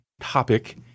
topic